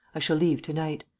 i shall leave to-night.